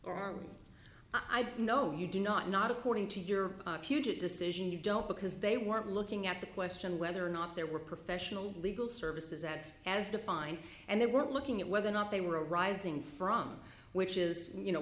or are i know you do not not according to your huge decision you don't because they weren't looking at the question whether or not there were professional legal services acts as defined and they weren't looking at whether or not they were rising from which is you know